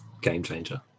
game-changer